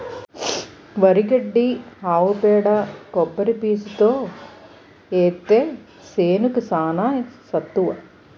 వరి గడ్డి ఆవు పేడ కొబ్బరి పీసుతో ఏత్తే సేనుకి చానా సత్తువ